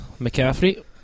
McCaffrey